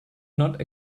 not